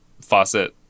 faucet